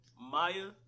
Maya